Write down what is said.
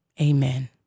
Amen